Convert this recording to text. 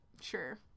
Sure